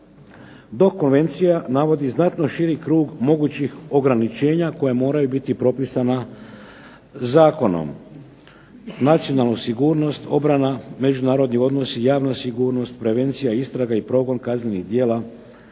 dok konvencija navodi znatno širi krug mogućih ograničenja koja moraju biti propisana zakonom, nacionalna sigurnost, obrana, međunarodni odnosi, javna sigurnost, prevencija, istraga i progon kaznenih djela,